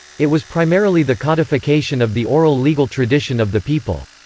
it was primarily the codification of the oral legal tradition of the people.